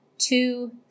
two